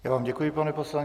Já vám děkuji, pane poslanče.